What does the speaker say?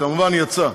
כמובן, יצא.